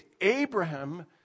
Abraham